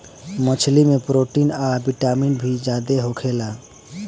मछली में प्रोटीन आ विटामिन सी ज्यादे होखेला